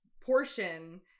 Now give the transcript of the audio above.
portion